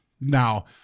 Now